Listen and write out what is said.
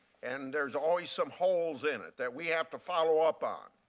and there is always some holes in it that we have to follow-up on.